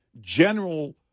general